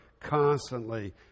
constantly